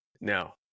Now